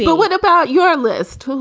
but what about your list, too?